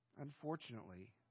Unfortunately